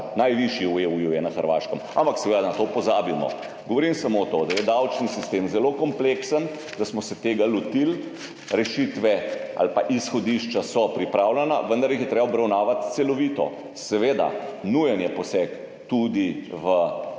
najvišji v EU, ampak seveda na to pozabimo. Govorim samo to, da je davčni sistem zelo kompleksen in da smo se tega lotili. Rešitve ali pa izhodišča so pripravljena, vendar jih je treba obravnavati celovito. Seveda, nujen je poseg tudi v strošek